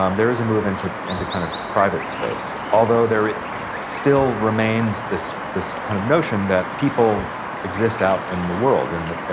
um there was a move into, into kind of private space. although there still remains this, this kind of notion that people exist out in the world in the,